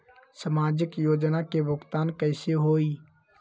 समाजिक योजना के भुगतान कैसे होई?